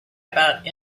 about